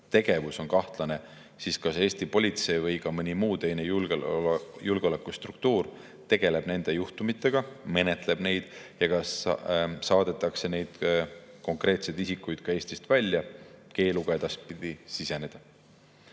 tegevus on kahtlane, siis kas Eesti politsei või mõni muu julgeolekustruktuur tegeleb nende juhtumitega, menetleb neid ja kas neid konkreetseid isikuid saadetakse ka Eestist välja, keeluga edaspidi siseneda?